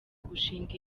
gushinga